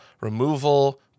removal